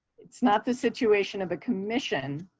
it's not the situation of a commission.